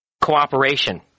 cooperation